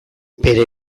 bere